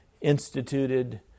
instituted